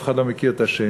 אף אחד לא מכיר את השני.